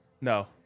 No